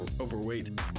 overweight